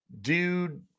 dude